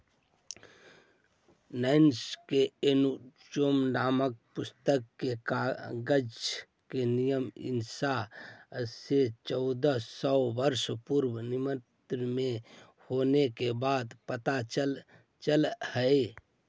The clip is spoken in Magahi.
नैश के एकूसोड्स् नामक पुस्तक से कागज के निर्माण ईसा से चौदह सौ वर्ष पूर्व मिस्र में होवे के बात पता चलऽ हई